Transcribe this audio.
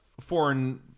foreign